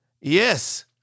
Yes